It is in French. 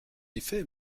effet